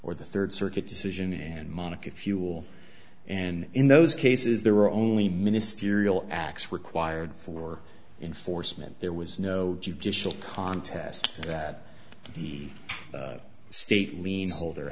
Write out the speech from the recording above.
or the third circuit decision and monica fuel and in those cases there were only ministerial acts required for enforcement there was no judicial contest that the state mean